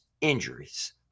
injuries